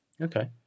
Okay